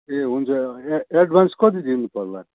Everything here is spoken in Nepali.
ए हुन्छ ए एडभान्स कति दिनु पर्ला